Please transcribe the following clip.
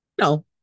no